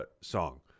Song